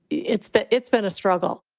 it's been it's been a struggle